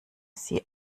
sie